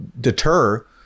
deter